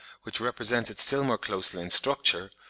which represents it still more closely in structure,